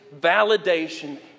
validation